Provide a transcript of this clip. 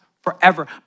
forever